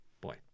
boy